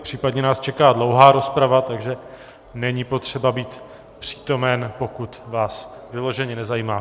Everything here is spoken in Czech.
Případně nás čeká dlouhá rozprava, takže není potřeba být přítomen, pokud vás vyloženě nezajímá.